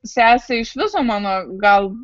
sesė iš viso mano gal